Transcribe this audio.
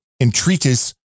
entreaties